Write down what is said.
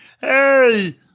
Hey